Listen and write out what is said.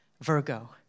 Virgo